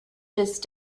just